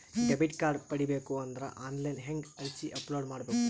Debit card ಪಡಿಬೇಕು ಅಂದ್ರ online ಹೆಂಗ್ ಅರ್ಜಿ ಅಪಲೊಡ ಮಾಡಬೇಕು?